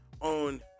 on